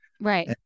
Right